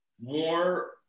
more